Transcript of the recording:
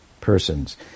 persons